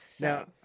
Now